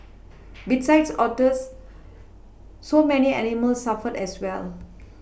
besides otters so many animals suffer as well